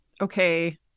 okay